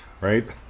right